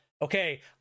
Okay